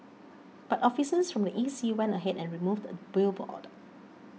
but officers from the E C went ahead and removed the billboard